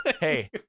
Hey